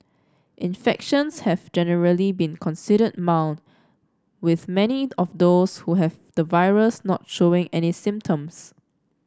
infections have generally been considered mild with many of those who have the virus not showing any symptoms